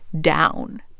down